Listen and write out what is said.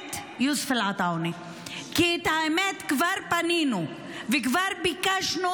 האמת היא שכבר פנינו וכבר ביקשנו